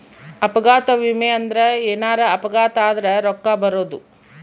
ಅಪಘಾತ ವಿಮೆ ಅಂದ್ರ ಎನಾರ ಅಪಘಾತ ಆದರ ರೂಕ್ಕ ಬರೋದು